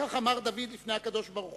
כך אמר דוד לפני הקדוש-ברוך-הוא: